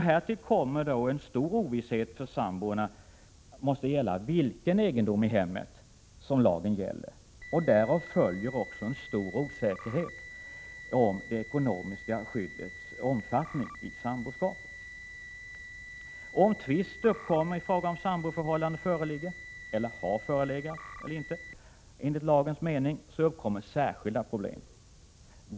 Härtill kommer att stor ovisshet för samborna måste gälla vilken egendom i hemmet som lagen gäller, och därav följer också en stor osäkerhet om det ekonomiska skyddets omfattning i samboskapet. Om tvist uppkommer i fråga om huruvida ett samboförhållande föreligger — eller har förelegat — enligt lagens mening eller inte enligt lagens mening uppkommer särskilda problem.